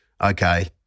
okay